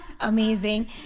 amazing